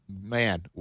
Man